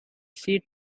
she